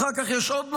אחר כך יש עוד נושא,